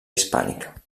hispànica